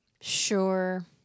sure